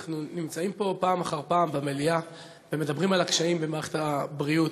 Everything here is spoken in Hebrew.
אנחנו נמצאים פעם אחר פעם פה במליאה ומדברים על הקשיים במערכת הבריאות.